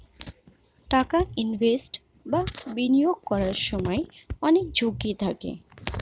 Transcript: টাকা ইনভেস্ট বা বিনিয়োগ করার সময় অনেক ঝুঁকি থাকে